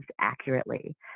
accurately